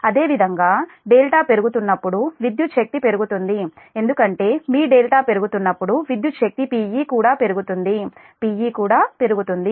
అదేవిధంగా δ పెరుగుతున్నప్పుడు విద్యుత్ శక్తి పెరుగుతుంది ఎందుకంటే మీ δ పెరుగుతున్నప్పుడు విద్యుత్ శక్తి Pe కూడా పెరుగుతుంది Pe కూడా పెరుగుతుంది